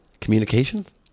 Communications